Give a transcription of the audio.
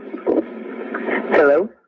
Hello